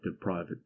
private